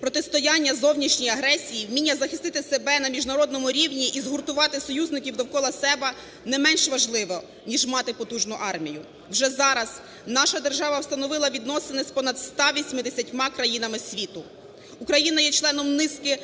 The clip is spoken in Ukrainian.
протистояння зовнішньої агресії вміння захистити себе на міжнародному рівні і згуртувати союзників довкола себе не менш важливо, ніж мати потужну армію. Вже зараз наша держава встановила відносини з понад 180 країнами світу. Україна є членом низки